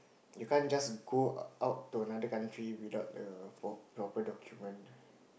you can't just go out to another country without a pro~ proper document